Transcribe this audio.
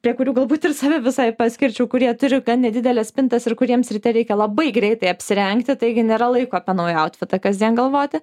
prie kurių galbūt ir save visai paskirčiau kurie turi nedideles spintas ir kuriems ryte reikia labai greitai apsirengti taigi nėra laiko apie naują autfitą kasdien galvoti